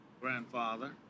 grandfather